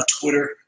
Twitter